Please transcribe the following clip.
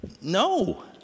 No